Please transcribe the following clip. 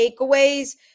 takeaways